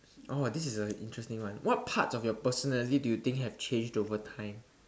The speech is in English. oh this is a interesting one what parts of your personality do you think have changed over time